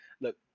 Look